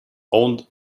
owned